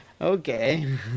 okay